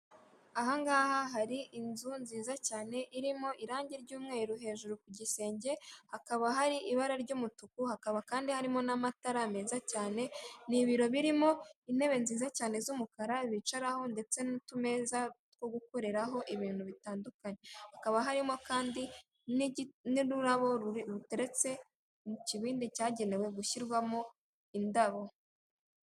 Ahangaha hari inzu nziza cyane irimo irangi ry'umweru hejuru ku gisenge, hakaba hari ibara ry'umutuku, hakaba kandi harimo n'amatara meza cyane, ni ibiro birimo intebe nziza cyane z'umukara bicaraho, ndetse n'utumeza two gukoreraho ibintu bitandukanye, hakaba harimo kandi n'igi n'ururabo ruri ruteretse mu kibindi cyagenewe gushyirwamo indabo.